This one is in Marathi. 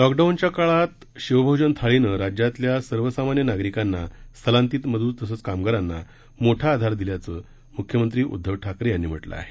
लॉकडाऊनच्या काळात शिवभोजन थाळीनं राज्यातल्या सर्वसामान्य नागरिकांना स्थलांतरीत मजूर तसंच कामगारांना मोठा आधार दिल्याचं मुख्यमंत्री उद्दव ठाकरे यांनी म्हटलं आहे